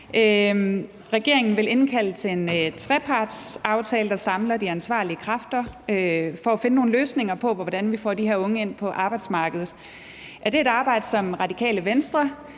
Regeringen vil indkalde til trepartsforhandlinger, der samler de ansvarlige kræfter, for at finde nogle løsninger på, hvordan vi får de her unge ind på arbejdsmarkedet. Er det et arbejde, som Radikale Venstre